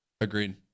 Agreed